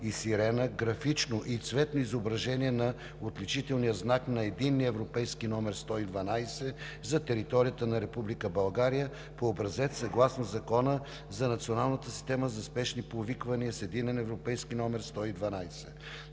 и сирена; графично и цветно изображение на отличителния знак на Единния европейски номер 112 за територията на Република България по образец съгласно Закона за националната система за спешни повиквания с Единен европейски номер 112,